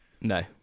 No